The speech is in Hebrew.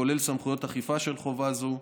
כולל סמכויות אכיפה של חובה זו,